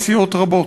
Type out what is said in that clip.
מסיעות רבות,